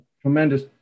tremendous